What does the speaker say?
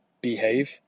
behave